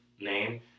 name